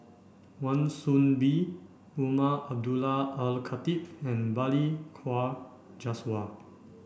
Wan Soon Bee Umar Abdullah Al Khatib and Balli Kaur Jaswal